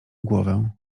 głowę